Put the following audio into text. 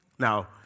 Now